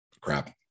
crap